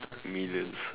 millions